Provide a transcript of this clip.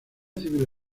civil